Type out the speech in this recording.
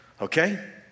Okay